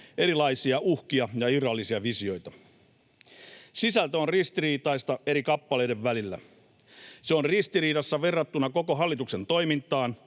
erilaisia uhkia ja irrallisia visioita. Sisältö on ristiriitaista eri kappaleiden välillä. Se on ristiriidassa verrattuna koko hallituksen toimintaan